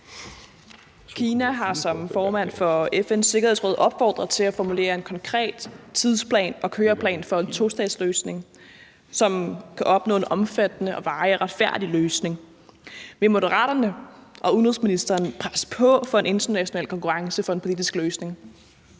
Kina har som formand for FN's Sikkerhedsråd opfordret til at formulere en konkret tidsplan og køreplan for en tostatsløsning med henblik på at opnå en omfattende og varig retfærdig løsning. Vil Moderaterne og udenrigsministeren presse på for en international konkurrence for en politisk løsning?